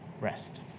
rest